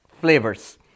flavors